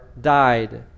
died